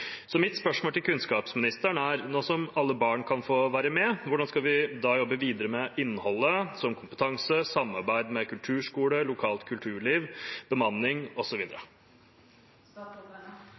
Mitt spørsmål til kunnskapsministeren er: Nå som alle barn kan få være med, hvordan skal vi da jobbe videre med innholdet, som kompetanse, samarbeid med kulturskoler, lokalt kulturliv, bemanning